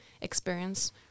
experience